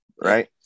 Right